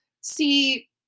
See